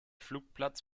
flugplatz